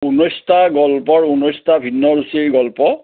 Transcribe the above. ঊনৈছটা গল্পৰ ঊনৈছটা ভিন্ন ৰুচিৰ গল্প